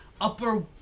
upper